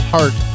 Heart